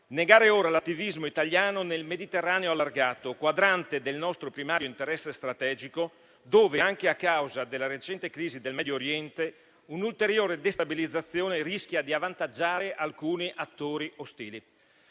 negare ora l'attivismo italiano nel Mediterraneo allargato, quadrante del nostro primario interesse strategico, dove, anche a causa della recente crisi del Medio Oriente, un'ulteriore destabilizzazione rischia di avvantaggiare alcuni attori ostili,